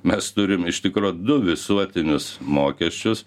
mes turim iš tikro du visuotinius mokesčius